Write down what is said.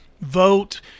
vote